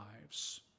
lives